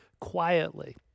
quietly